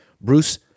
Bruce